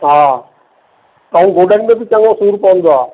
हा ऐं गोॾनि में बि चङो सूर पवंदो आहे